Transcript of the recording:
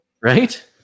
Right